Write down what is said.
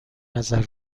نظر